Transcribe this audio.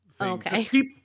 Okay